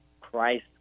Christ